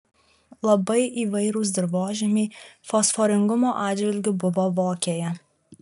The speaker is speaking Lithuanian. labai įvairūs dirvožemiai fosforingumo atžvilgiu buvo vokėje